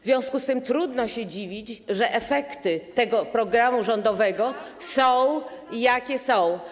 W związku z tym trudno się dziwić, że efekty tego programu rządowego są, jakie są.